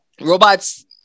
Robots